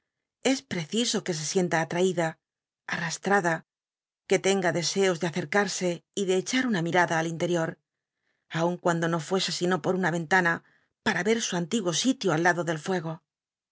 es preciso que se sienta attaida al astmda que tenga deseo de acecmsc y de echm una miada al interior aun cuando no fuese sino por una ven tana pata ver su antiguo sitio al la do del fuego